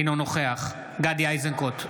אינו נוכח גדי איזנקוט,